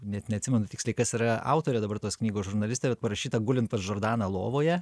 net neatsimenu tiksliai kas yra autorė dabar tos knygos žurnalistė bet parašyta gulint pas džordaną lovoje